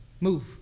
Move